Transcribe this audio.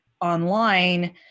online